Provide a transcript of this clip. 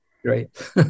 Great